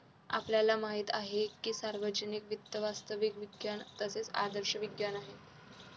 आपल्याला माहित आहे की सार्वजनिक वित्त वास्तविक विज्ञान तसेच आदर्श विज्ञान आहे